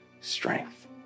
strength